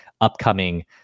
upcoming